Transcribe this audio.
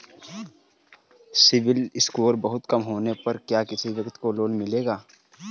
CIBIL score बहुत कम होने पर क्या किसी व्यक्ति को लोंन मिलेगा?